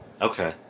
Okay